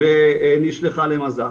ונשלחה למז"פ